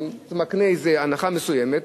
שמקנה הנחה מסוימת,